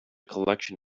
collection